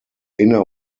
inner